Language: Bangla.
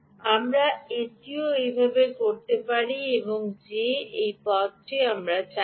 আমরা এটিও এইভাবে করতে পারি যে আমি এই পথটি করতে চাই না